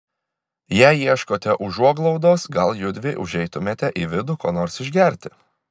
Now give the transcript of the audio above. jei ieškote užuoglaudos gal judvi užeitumėte į vidų ko nors išgerti